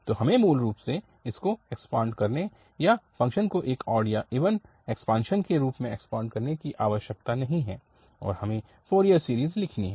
तो हमें मूल रूप से इसको एक्सपांड करने या फ़ंक्शन को एक ऑड या इवन एक्सपांशन के रूप में एक्सपांड करने की आवश्यकता नहीं है और हमें फ़ोरियर सीरीज़ लिखनी है